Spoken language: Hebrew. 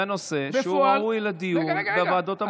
זה נושא שראוי לדיון בוועדות המתאימות.